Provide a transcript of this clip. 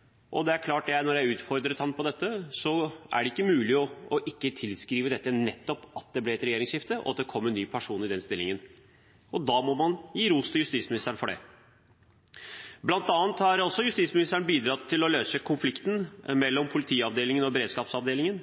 sjef. Det er klart at når jeg utfordret ham på dette, er det ikke mulig ikke å tilskrive det nettopp til at det ble et regjeringsskifte, og at det kom en ny person i den stillingen. Da må man gi ros til justisministeren for det. Justisministeren har bl.a. bidratt til å løse konflikten mellom politiavdelingen og beredskapsavdelingen.